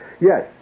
yes